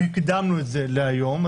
הקדמנו את זה להיום,